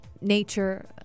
nature